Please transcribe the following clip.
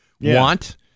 want